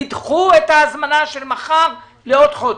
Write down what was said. תדחו את ההזמנה של מחר לעוד חודש.